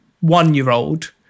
one-year-old